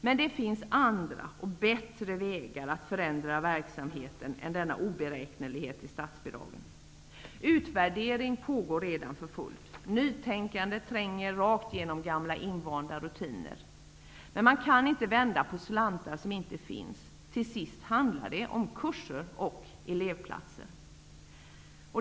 Men det finns andra och bättre vägar att ändra verksamheten än denna oberäknelighet i statsbidragen. Utvärdering pågår för fullt. Nytänkande tränger rakt igenom gamla invanda rutiner. Men man kan inte vända på slantar som inte finns. Till sist handlar det om kurser och elevplatser.